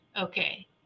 okay